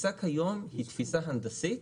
התפיסה כיום היא תפיסה הנדסית,